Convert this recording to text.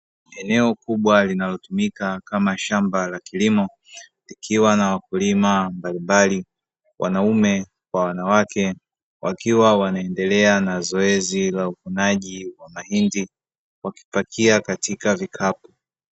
Eneo kubwa linalotumika kama shamba la kilimo likiwa na wakulima mbalimbali, wanaume kwa wanawake wakiwa wanaendelea na zoezi la uvunaji wa mahindi wakipakia katika vikapu.